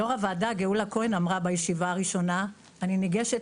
יו"ר הוועדה גאולה כהן אמרה בישיבה הראשונה: אני ניגשת